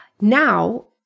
Now